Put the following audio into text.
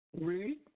read